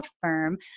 firm